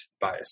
bias